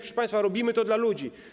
Proszę państwa, robimy to dla ludzi.